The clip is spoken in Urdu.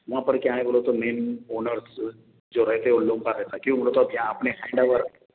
وہاں پر کیا ہے بولے تو مین اونرس جو رہتے ان لوگ کا رہتا کیوں بولے تو اب یہاں اپنے ہینڈ اوور